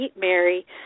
Mary